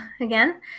again